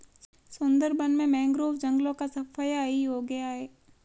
सुंदरबन में मैंग्रोव जंगलों का सफाया ही हो गया है